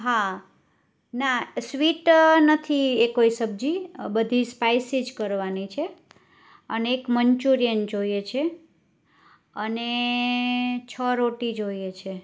હા ના સ્વીટ નથી એકોય સબજી બધી સ્પાઈસી જ કરવાની છે અને એક મન્ચુરિયન જોઈએ છે અને છ રોટી જોઈએ છે